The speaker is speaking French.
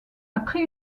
après